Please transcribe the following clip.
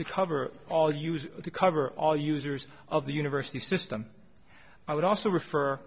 to cover all use to cover all users of the university system i would also refer